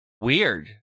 weird